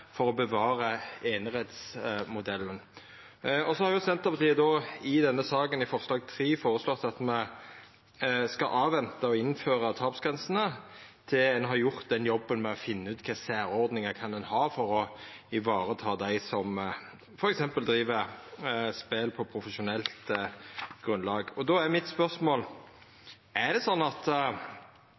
for å bevara einerettsmodellen. Så har Senterpartiet i denne saka, i forslag nr. 3, føreslått at me skal venta med å innføra tapsgrensene til ein har gjort den jobben med å finna ut kva særordningar ein kan ha for å vareta dei som f.eks. driv spel på profesjonelt grunnlag. Då er spørsmålet mitt: Er det sånn at